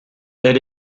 elle